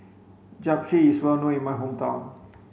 Japchae is well known in my hometown